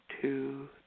two